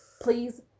Please